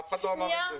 אף אחד לא אמר את זה.